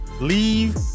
leave